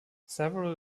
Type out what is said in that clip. several